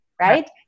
right